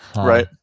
right